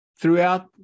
throughout